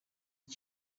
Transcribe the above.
iki